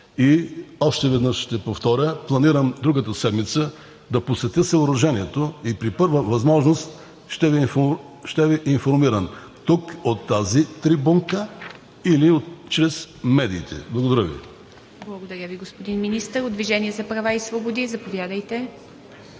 и още веднъж ще повторя – планирам другата седмица да посетя съоръжението и при първа възможност ще Ви информирам тук, от тази трибунка, или чрез медиите. Благодаря Ви. ПРЕДСЕДАТЕЛ ИВА МИТЕВА: Благодаря Ви, господин Министър. От „Движението за права и свободи“? Заповядайте.